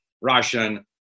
Russian